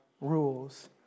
rules